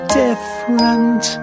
different